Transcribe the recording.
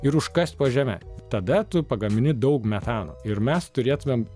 ir užkast po žeme tada tu pagamini daug metano ir mes turėtumėm